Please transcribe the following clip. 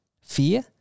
fear